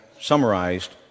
summarized